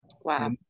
Wow